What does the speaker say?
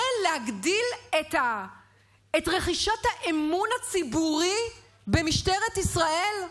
זה להגדיל את רחישת האמון הציבורי במשטרת ישראל?